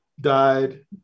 Died